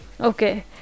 Okay